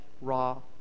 raw